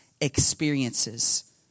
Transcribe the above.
experiences